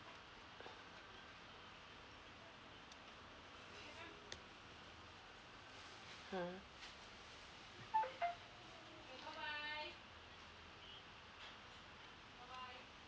mm